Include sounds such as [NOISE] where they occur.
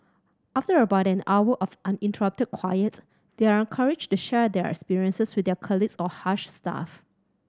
after about an hour of uninterrupted [UNINTELLIGIBLE] they are encouraged to share their experiences with their colleagues or Hush staff